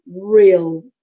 real